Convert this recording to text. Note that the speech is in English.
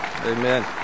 Amen